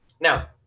Now